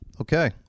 okay